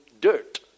dirt